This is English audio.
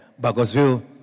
Bagosville